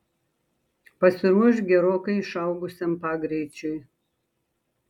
pasiruošk gerokai išaugusiam pagreičiui